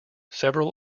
several